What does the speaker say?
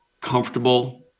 comfortable